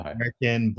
American